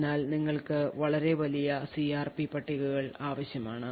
അതിനാൽ നിങ്ങൾക്ക് വളരെ വലിയ CRP പട്ടികകൾ ആവശ്യമാണ്